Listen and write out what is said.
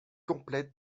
complète